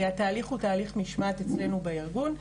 התהליך הוא תהליך משמעת אצלנו בארגון,